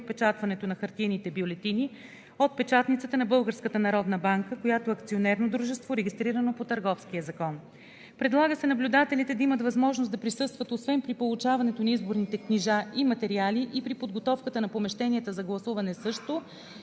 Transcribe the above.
отпечатването на хартиените бюлетини от печатницата на Българската народна банка, която е акционерно дружество, регистрирано по Търговския закон. Предлага се наблюдателите да имат възможност да присъстват освен при получаването на изборните книжа и материали и при подготовката на помещенията за гласуване, също